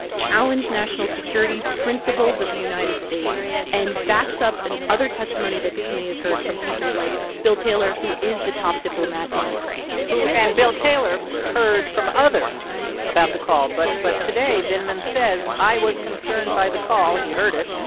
ah challenged national security principles of the united states and backs up and other testimony that the committee has heard from people like bill taylor, who is the top diplomat in ukraine yeah and isn't. and bill taylor heard from others about the call. but but today vindman says, i was concerned by the call. he heard it.